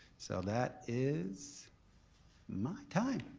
so that is my time.